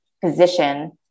position